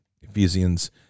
Ephesians